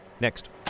Next